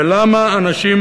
ולמה אנשים